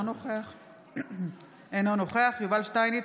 אינו נוכח יובל שטייניץ,